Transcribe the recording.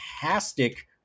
fantastic